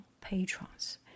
patrons